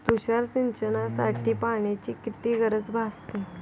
तुषार सिंचनासाठी पाण्याची किती गरज भासते?